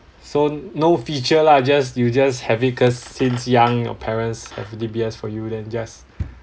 so no feature lah just you just have it cause since young your parents have D_B_S for you then just